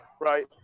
right